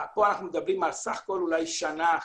פה אנחנו מדברים על בסך הכול שנה אחת.